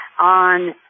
on